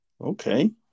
Okay